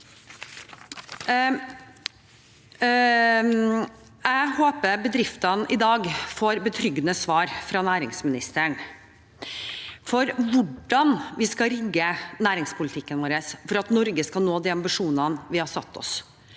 Jeg håper bedriftene i dag får betryggende svar fra næringsministeren på hvordan vi skal rigge næringspolitikken vår for at Norge skal nå de ambisjonene vi har satt oss: